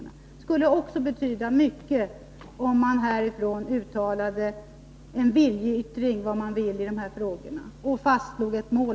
Det skulle också betyda mycket om man här i riksdagen gjorde en viljeyttring i de här frågorna och fastslog ett mål.